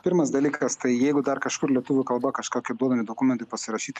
pirmas dalykas tai jeigu dar kažkur lietuvių kalba kažkokie duodami dokumentai pasirašyt